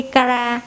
Kara